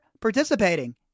participating